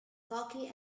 cocky